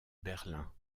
berlin